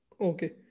Okay